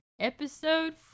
episode